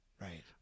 Right